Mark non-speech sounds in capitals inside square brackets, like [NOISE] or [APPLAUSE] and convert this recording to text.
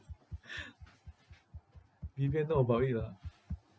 [LAUGHS] vivian know about it ah